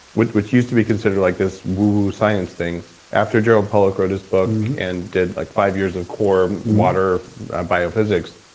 which which used to be considered like this woo, woo science thing after gerald pollack wrote his book and did like five years of corer water biophysics,